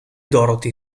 dorothy